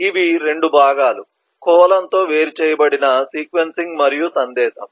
కాబట్టి ఇవి 2 భాగాలు కోలన్ తో వేరు చేయబడిన సీక్వెన్సింగ్ మరియు సందేశం